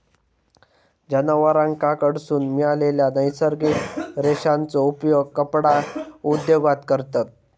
जनावरांकडसून मिळालेल्या नैसर्गिक रेशांचो उपयोग कपडा उद्योगात करतत